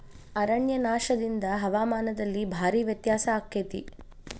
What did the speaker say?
ಅರಣ್ಯನಾಶದಿಂದ ಹವಾಮಾನದಲ್ಲಿ ಭಾರೇ ವ್ಯತ್ಯಾಸ ಅಕೈತಿ